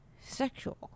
sexual